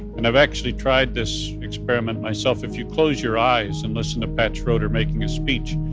and i've actually tried this experiment myself. if you close your eyes and listen to pat schroeder making a speech,